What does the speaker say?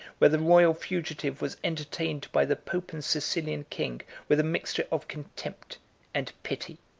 where the royal fugitive was entertained by the pope and sicilian king with a mixture of contempt and pity.